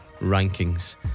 rankings